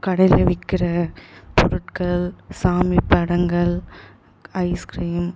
கடையில் விற்கிற பொருட்கள் சாமி படங்கள் ஐஸ்க்ரீம்